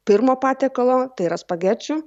pirmo patiekalo tai yra spagečių